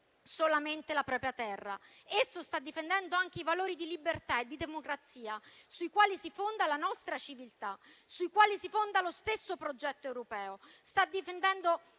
solamente la propria terra, ma sta difendendo anche i valori di libertà e democrazia sui quali si fondano la nostra civiltà e lo stesso progetto europeo. Sta difendendo